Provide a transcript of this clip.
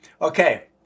Okay